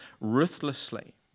ruthlessly